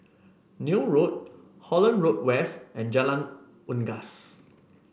Neil Road Holland Road West and Jalan Unggas